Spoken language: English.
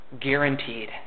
Guaranteed